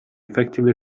effectively